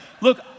look